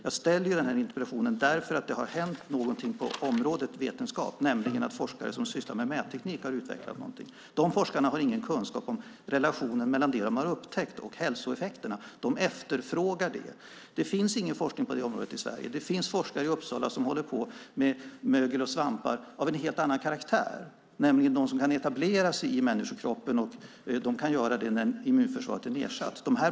Jag har ställt den här interpellationen därför att det har hänt något på området vetenskap, nämligen att forskare som sysslar med mätteknik har utvecklat någonting. Men dessa forskare har ingen kunskap om relationen mellan det som de har upptäckt och hälsoeffekterna. De efterfrågar den kunskapen. Det finns ingen forskning på det området i Sverige. Det finns forskare i Uppsala som håller på med mögel och svampar av en helt annan karaktär, nämligen sådana som kan etablera sig i människokroppen och göra det när immunförsvaret är nedsatt.